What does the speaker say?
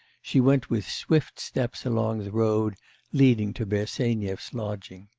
she went with swift steps along the road leading to bersenyev's lodging.